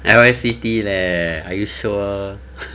L_A city leh are you sure